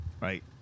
right